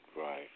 Right